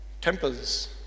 tempers